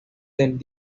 del